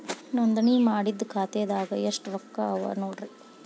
ನೋಂದಣಿ ಮಾಡಿದ್ದ ಖಾತೆದಾಗ್ ಎಷ್ಟು ರೊಕ್ಕಾ ಅವ ನೋಡ್ರಿ